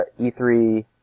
E3